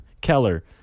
Keller